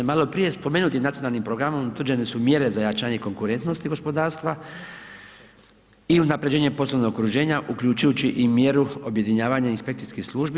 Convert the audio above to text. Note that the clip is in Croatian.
Malo prije spomenutim nacionalnim programom utvrđene su mjere za jačanje konkurentnosti gospodarstva i unapređenje poslovnog okruženja uključujući i mjeru objedinjavanja inspekcijskih službi.